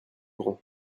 grand